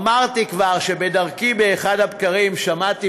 אמרתי כבר שבדרכי באחד הבקרים שמעתי